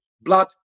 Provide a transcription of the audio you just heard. blood